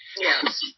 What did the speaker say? Yes